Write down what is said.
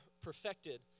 perfected